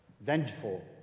vengeful